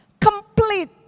complete